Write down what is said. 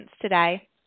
today